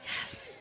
Yes